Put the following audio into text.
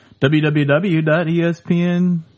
www.ESPN